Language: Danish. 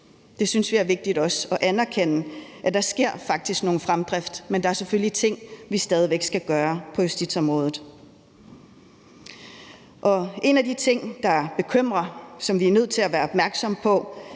det er vigtigt at anerkende, at der faktisk sker en fremdrift, selv om der selvfølgelig også stadig væk er nogle ting, vi skal gøre på justitsområdet. Og en af de ting, der bekymrer, og som vi er nødt til at være opmærksomme på,